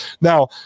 Now